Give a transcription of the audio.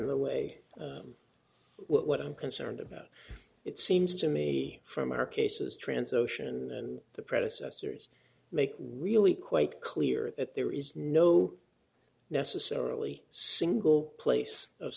the way i'm what i'm concerned about it seems to me from our cases trans ocean and the predecessors make really quite clear that there is no necessarily single place of